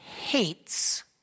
hates